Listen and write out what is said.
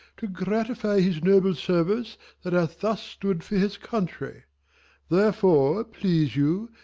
to gratify his noble service that hath thus stood for his country therefore please you,